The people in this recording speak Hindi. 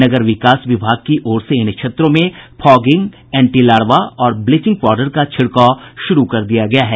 नगर विकास विभाग की ओर से इन क्षेत्रों में फॉगिंग एंटी लार्वा और ब्लीचिंग पाउडर का छिड़काव शुरू कर दिया गया है